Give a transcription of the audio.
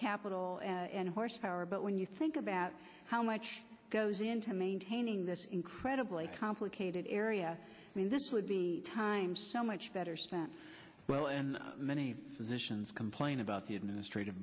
capital and horsepower but when you think about how much goes into maintaining this incredibly complicated area i mean this would be time so much better spent well and many physicians complain about the administrat